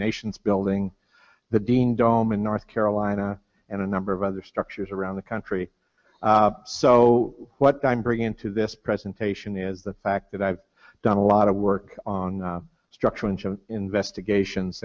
nations building the dean dome in north carolina and a number of other structures around the country so what i'm bringing to this presentation is the fact that i've done a lot of work on structural engine investigations